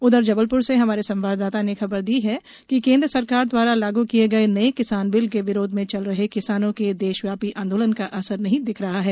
उधर जबलपुर से हमारे संवाददाता ने खबर दी है कि केंद्र सरकार दवारा लागू किए गए नए किसान बिल के विरोध में चल रहे किसानों के देशव्यापी आंदोलन का असर नहीं दिख रहा है